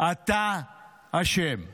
אתה אשם.